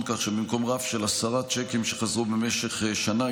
כך שבמקום רף של עשרה צ'קים שחזרו במשך שנה,